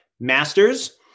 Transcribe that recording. Masters